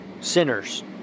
sinners